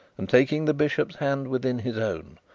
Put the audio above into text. and taking the bishop's hand within his own,